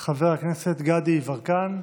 חבר הכנסת גדי יברקן,